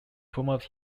prompted